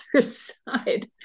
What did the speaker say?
side